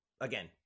again